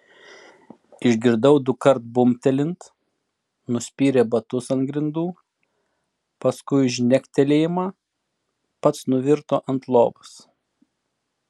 išgirdau dukart bumbtelint nuspyrė batus ant grindų paskui žnektelėjimą pats nuvirto ant lovos